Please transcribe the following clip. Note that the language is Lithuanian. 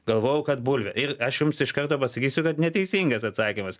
galvojau kad bulvė ir aš jums iš karto pasakysiu kad neteisingas atsakymas